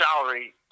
salary